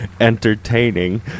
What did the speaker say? entertaining